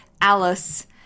Alice